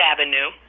Avenue